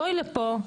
בואי לפה,